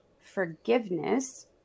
forgiveness